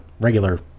regular